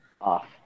off